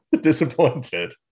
disappointed